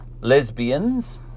lesbians